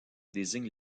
désigne